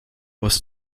was